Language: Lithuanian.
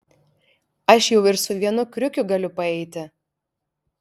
aš jau ir su vienu kriukiu galiu paeiti